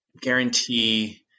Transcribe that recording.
guarantee